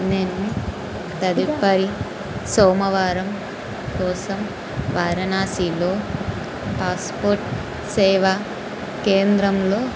నేను తదుపరి సోమవారం కోసం వారణాసీలో పాస్పోర్ట్ సేవా కేంద్రంలో